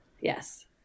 Yes